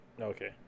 Okay